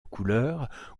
couleurs